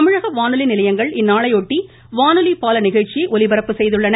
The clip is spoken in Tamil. தமிழக வானொலி நிலையங்கள் இந்நாளையொட்டி வானொலி பால நிகழ்ச்சியை ஒலிபரப்பு செய்துள்ளன